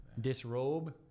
disrobe